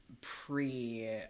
pre